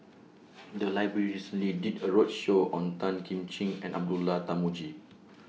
The Library recently did A roadshow on Tan Kim Ching and Abdullah Tarmugi